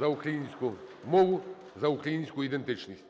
за українську мову, за українську ідентичність.